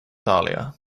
dahlia